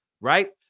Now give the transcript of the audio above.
right